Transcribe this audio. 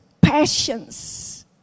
passions